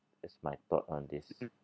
just my thought on this